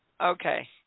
okay